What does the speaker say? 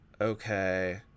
Okay